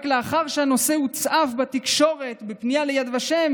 רק לאחר שהנושא הוצף בתקשורת ובפנייה ליד ושם